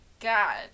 God